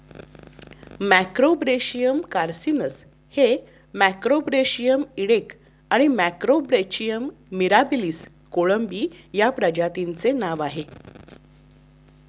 Macrobrachium carcinus हे Macrobrachium इडेक आणि मॅक्रोब्रॅचियम मिराबिलिस कोळंबी या प्रजातींचे नाव आहे